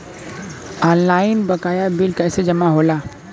Online बकाया bill कैसे जमा होला?